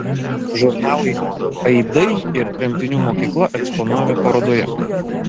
žurnalai aidai ir tremtinių mokykla eksponuojami parodoje